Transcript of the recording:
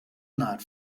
not